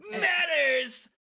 matters